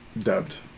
dubbed